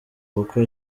kuko